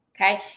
Okay